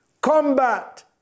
combat